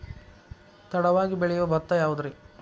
ತಡವಾಗಿ ಬೆಳಿಯೊ ಭತ್ತ ಯಾವುದ್ರೇ?